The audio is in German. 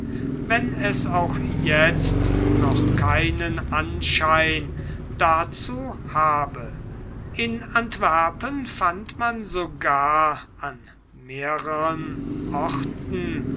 wenn es auch jetzt noch keinen anschein dazu habe in antwerpen fand man sogar an mehreren orten